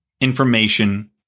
information